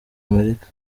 amerika